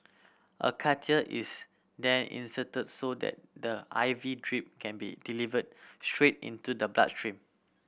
a catheter is then inserted so that the I V drip can be delivered straight into the blood stream